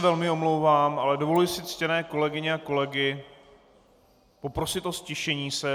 Velmi se omlouvám, ale dovoluji si ctěné kolegyně a kolegy poprosit o ztišení se.